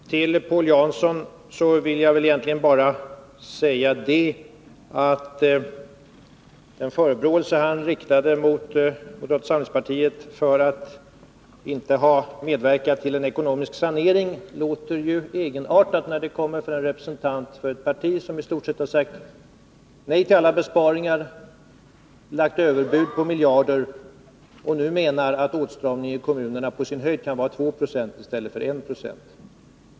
Kommunalekono Herr talman! Till Paul Jansson vill jag egentligen bara säga att den — miska frågor förebråelse han riktade mot moderata samlingspartiet för att vi inte har medverkat till en ekonomisk sanering låter egenartad, när den kommer från en representant för ett parti som i stort sett har sagt nej till alla besparingar, lagt fram överbud på miljarder och nu menar att åtstramning i kommunerna på sin höjd kan vara 2 90 i stället för 1 9o.